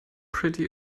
pretty